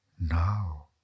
now